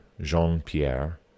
Jean-Pierre